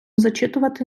зачитувати